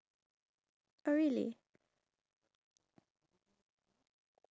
we would probably have diabetes